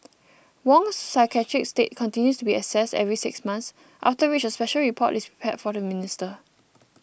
Wong's psychiatric state continues to be assessed every six months after which a special report is prepared for the minister